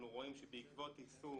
בעקבות יישום